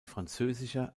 französischer